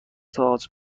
تئاتر